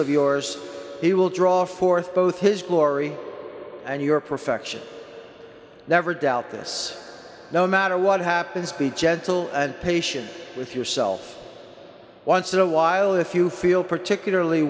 of yours he will draw forth both his glory and your perfection never doubt this no matter what happens be gentle and patient with yourself once in a while if you feel particularly